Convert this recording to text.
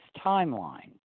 timeline